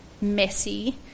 messy